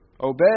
obey